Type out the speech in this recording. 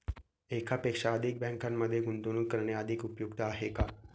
एकापेक्षा अधिक बँकांमध्ये गुंतवणूक करणे अधिक उपयुक्त आहे का?